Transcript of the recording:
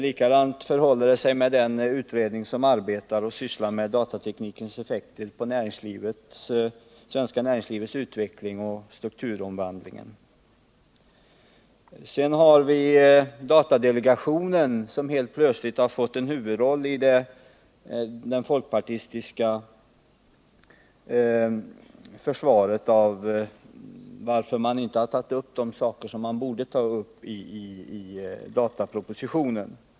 Likadant förhåller det sig med den utredning som arbetar med frågan om datateknikens effekter på det svenska näringslivets utveckling och på strukturomvandlingen. Vidare har vi datadelegationen, som helt plötsligt fått en huvudroll i det folkpartistiska försvaret för varför man inte har tagit upp de frågor som man borde ha tagit upp i datapropositionen.